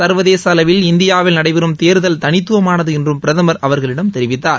சர்வதேச அளவில் இந்தியாவில் நடைபெறும் தேர்தல் தனித்துவமானது என்றும் பிரதமர் அவர்களிடம் தெரிவித்தார்